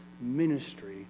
ministry